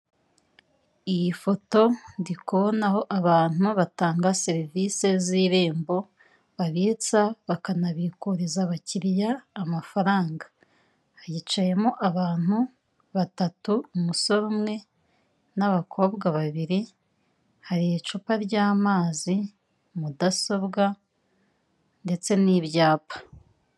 Iyi foto ndi kubonaho abantu batanga serivise z'irembo, babitsa bakanabikuriza abakiliya amafaranga, hicayemo abantu batatu, umusore umwe n'abakobwa babiri, hari icupa ry'amazi, mudasobwa ndetse n'ibyapa.